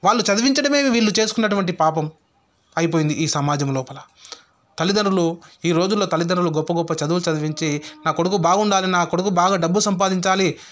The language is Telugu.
వాళ్ళు చదివించడమే వీళ్ళు చేసుకున్నటువంటి పాపం అయిపోయింది ఈ సమాజం లోపల తల్లిదండ్రులు ఈ రోజుల్లో తల్లిదండ్రులు గొప్ప గొప్ప చదువులు చదివించి నా కొడుకు బాగుండాలి నా కొడుకు బాగా డబ్బు సంపాదించాలి